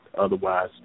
Otherwise